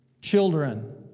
children